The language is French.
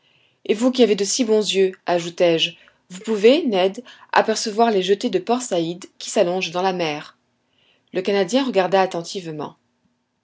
et vous qui avez de si bons yeux ajoutai-je vous pouvez ned apercevoir les jetées de port saïd qui s'allongent dans la mer le canadien regarda attentivement